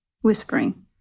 whispering